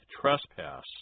trespass